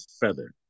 feather